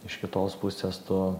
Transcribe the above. iš kitos pusės tu